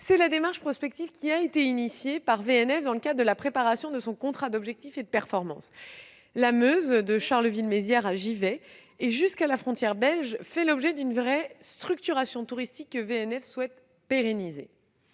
C'est la démarche prospective qui a été engagée par VNF dans le cadre de la préparation de son contrat d'objectifs et de performance. La Meuse, de Charleville-Mézières à Givet et jusqu'à la frontière belge, fait l'objet d'une véritable structuration touristique que VNF souhaite pérenniser.